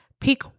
Pick